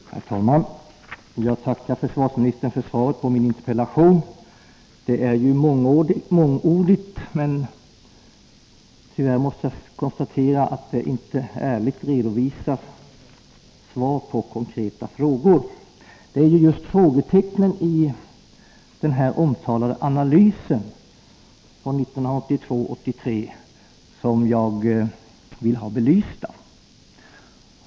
Herr talman! Jag tackar försvarsministern för svaret på min interpellation. Det är mångordigt, men tyvärr måste jag konstatera att det inte ärligt redovisar svar på konkreta frågor. Det är just de problem som kommit fram i den omtalade analysen från 1982/83 som jag vill ha belysta.